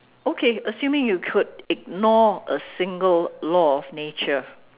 okay assuming you could ignore a single law of nature